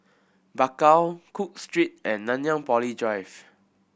Bakau Cook Street and Nanyang Poly Drive